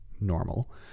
normal